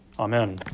Amen